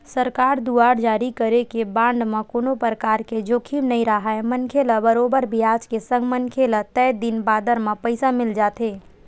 सरकार दुवार जारी करे गे बांड म कोनो परकार के जोखिम नइ राहय मनखे ल बरोबर बियाज के संग मनखे ल तय दिन बादर म पइसा मिल जाथे